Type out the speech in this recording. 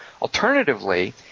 Alternatively